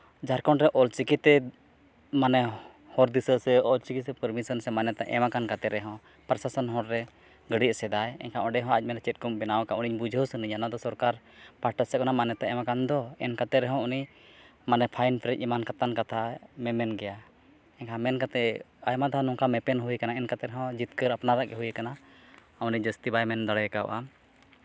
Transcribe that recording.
ᱡᱷᱟᱨᱠᱷᱚᱸᱰ ᱨᱮ ᱚᱞᱪᱤᱠᱤᱛᱮ ᱢᱟᱱᱮ ᱦᱚᱨ ᱫᱤᱥᱟᱹ ᱥᱮ ᱚᱞᱪᱤᱠᱤᱛᱮ ᱯᱟᱨᱢᱤᱥᱮᱱ ᱥᱮ ᱢᱟᱱᱚᱛᱮ ᱮᱢ ᱟᱠᱟᱱ ᱠᱟᱛᱮᱫ ᱨᱮᱦᱚᱸ ᱯᱨᱚᱥᱟᱥᱚᱱ ᱦᱚᱨ ᱨᱮ ᱡᱟᱹᱱᱤᱡᱽ ᱥᱮᱫᱟᱭ ᱮᱱᱠᱷᱟᱱ ᱚᱸᱰᱮ ᱦᱚᱸ ᱟᱡᱽ ᱢᱮᱱᱫᱚ ᱪᱮᱫ ᱠᱚᱢ ᱵᱮᱱᱟᱣᱟᱠᱟᱜᱼᱟ ᱩᱱᱤ ᱵᱩᱡᱷᱟᱹᱣ ᱥᱟᱱᱟᱹᱧᱟ ᱱᱚᱣᱟ ᱫᱚ ᱥᱚᱨᱠᱟᱨ ᱯᱟᱹᱦᱴᱟ ᱥᱮᱫ ᱠᱷᱚᱱᱟᱜ ᱢᱟᱱᱚᱛᱮ ᱮᱢᱟᱠᱟᱱ ᱫᱚ ᱮᱢ ᱠᱟᱛᱮᱫ ᱨᱮᱦᱚᱸ ᱩᱱᱤ ᱢᱟᱱᱮ ᱯᱷᱟᱭᱤᱱ ᱯᱮᱨᱮᱡᱽ ᱮᱢᱟᱱ ᱠᱟᱛᱟᱱ ᱠᱟᱛᱷᱟᱭ ᱢᱮᱢᱮᱱ ᱜᱮᱭᱟ ᱮᱱᱠᱷᱟᱱ ᱢᱮᱱ ᱠᱟᱛᱮᱫ ᱟᱭᱢᱟ ᱫᱷᱟᱣ ᱱᱚᱝᱠᱟ ᱢᱮᱯᱮᱱ ᱦᱩᱭᱟᱠᱟᱱᱟ ᱮᱱ ᱠᱟᱛᱮᱫ ᱨᱮᱦᱚᱸ ᱡᱤᱛᱠᱟᱹᱨ ᱟᱯᱱᱟᱨᱟᱜ ᱜᱮ ᱦᱩᱭᱟᱠᱟᱱᱟ ᱩᱱᱤ ᱡᱟᱹᱥᱛᱤ ᱵᱟᱭ ᱢᱮᱱ ᱫᱟᱲᱮ ᱠᱟᱣᱟᱜᱼᱟ